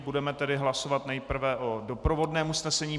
Budeme tedy hlasovat nejprve o doprovodném usnesení.